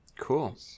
Cool